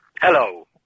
Hello